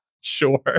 Sure